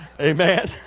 Amen